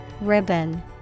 ribbon